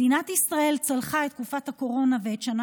מדינת ישראל צלחה את תקופת הקורונה ואת השנה